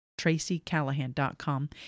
TracyCallahan.com